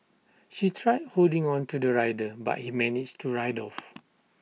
she tried holding on to the rider but he managed to ride off